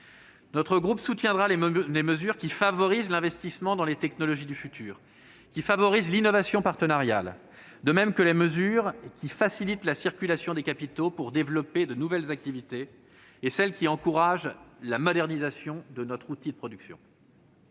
Notre groupe soutiendra les mesures qui favorisent l'investissement dans les technologies du futur et dans l'innovation partenariale, de même que les mesures qui facilitent la circulation des capitaux pour développer de nouvelles activités et celles qui encouragent la modernisation de notre outil de production.